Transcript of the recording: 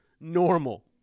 normal